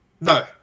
No